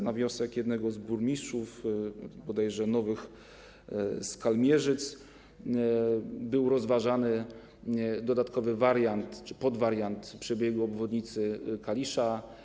Na wniosek jednego z burmistrzów, bodajże burmistrza Nowych Skalmierzyc, był rozważany dodatkowy wariant czy podwariant przebiegu obwodnicy Kalisza.